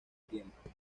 tiempo